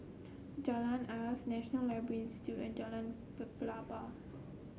Jalan Asas National Library Institute and Jalan Pelepah